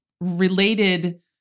related